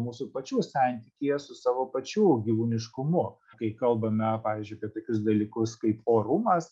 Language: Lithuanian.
mūsų pačių santykyje su savo pačių gyvūniškumu kai kalbame pavyzdžiui apie tokius dalykus kaip orumas